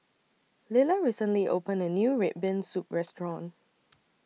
Lila recently opened A New Red Bean Soup Restaurant